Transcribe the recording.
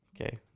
Okay